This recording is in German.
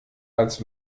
als